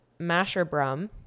Masherbrum